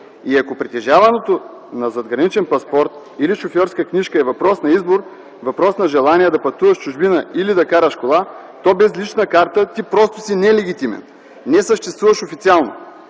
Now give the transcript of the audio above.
И ако притежаването на задграничен паспорт или шофьорска книжка е въпрос на избор, въпрос на желание да пътуваш в чужбина или да караш кола, то без лична карта ти просто си нелегитимен, не съществуваш официално.